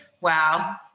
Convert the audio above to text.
wow